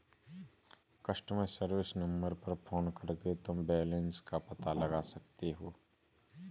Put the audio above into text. customer service number पर phone करके तुम बैलन्स का पता लगा सकते हो